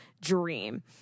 dream